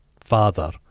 father